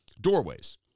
Doorways